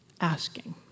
asking